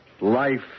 Life